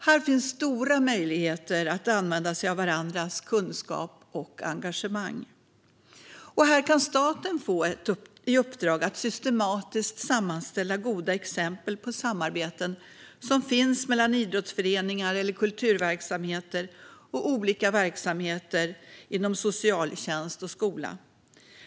Här finns stora möjligheter att använda sig av varandras kunskap och engagemang. Här kan staten få i uppdrag att systematiskt sammanställa goda exempel på samarbeten som finns mellan idrottsföreningar eller kulturverksamheter och olika verksamheter inom socialtjänst och skola.